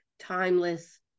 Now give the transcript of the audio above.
timeless